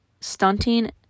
stunting